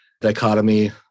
dichotomy